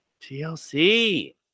tlc